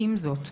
עם זאת,